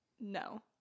No